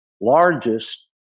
largest